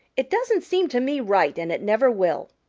it doesn't seem to me right and it never will.